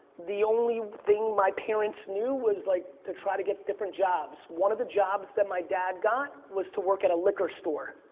the only thing my parents knew was like to try to get different jobs. one of the jobs that my dad got was to work at a liquor store.